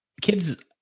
kids